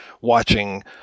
watching